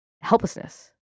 helplessness